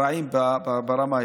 הרעים ברמה ההיסטורית.